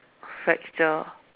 fracture